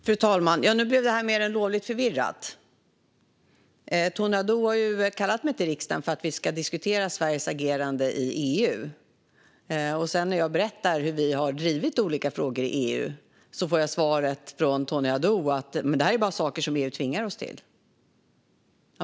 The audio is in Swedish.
Fru talman! Nu blev det här mer än lovligt förvirrat. Tony Haddou har ju kallat mig till riksdagen för att vi ska diskutera Sveriges agerande i EU. När jag sedan berättade hur vi har drivit olika frågor i EU fick jag svaret från Tony Haddou att det bara är saker som EU tvingar oss till.